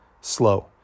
slow